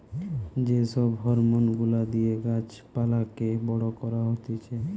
যে সব হরমোন গুলা দিয়ে গাছ পালাকে বড় করা হতিছে